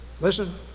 listen